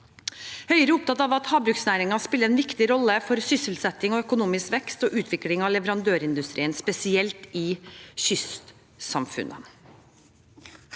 Høyre er opptatt av at havbruksnæringen spiller en viktig rolle for sysselsetting og økonomisk vekst og utvikling av leverandørindustrien, spesielt i kystsamfunnene.